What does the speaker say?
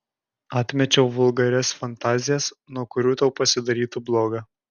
atmečiau vulgarias fantazijas nuo kurių tau pasidarytų bloga